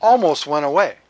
almost went away